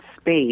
space